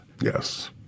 Yes